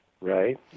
Right